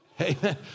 Amen